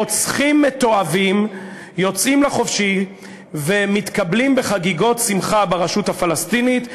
רוצחים מתועבים יוצאים לחופשי ומתקבלים בחגיגות שמחה ברשות הפלסטינית,